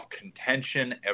contention